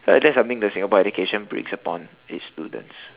that's something that Singapore education brings upon its students